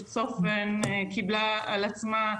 שצופן קיבלה על עצמה,